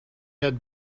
had